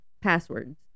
passwords